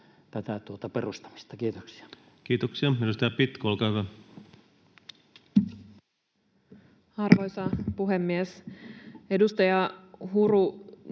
tätä perustamista. — Kiitoksia. Kiitoksia. — Edustaja Pitko, olkaa hyvä. Arvoisa puhemies! Edustaja Huru